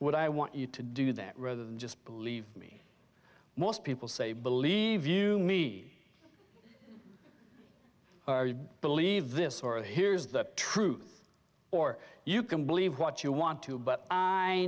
would i want you to do that rather than just believe me most people say believe you me believe this or here's the truth or you can believe what you want to but i